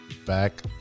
back